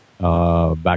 Back